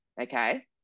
okay